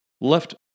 left